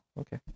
Okay